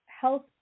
health